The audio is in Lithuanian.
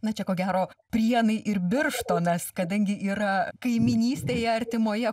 na čia ko gero prienai ir birštonas kadangi yra kaimynystėje artimoje